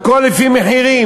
הכול לפי מחירים.